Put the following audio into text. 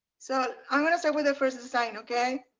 so i'm gonna start with the first design, okay?